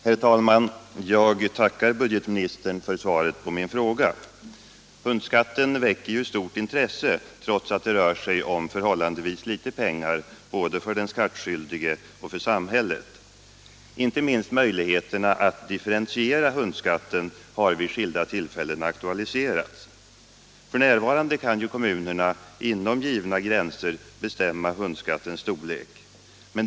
Herr talman! Jag tackar budgetministern för svaret på min fråga. Hundskatten väcker stort intresse trots att det rör sig om förhållandevis litet pengar både för den skattskyldige och för samhället. Inte minst möjligheterna att differentiera hundskatten har vid skilda tillfällen aktualiserats. F.n. kan kommunerna inom givna gränser bestämma hundskattens storlek.